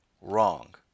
Wrong